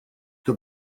the